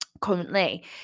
currently